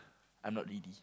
I'm not ready